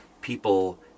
people